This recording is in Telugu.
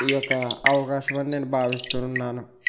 ఈ యొక్క అవకాశామని నేను భావిస్తున్నాను